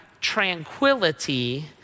tranquility